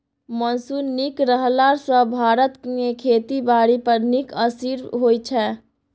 monsoon नीक रहला सँ भारत मे खेती बारी पर नीक असिर होइ छै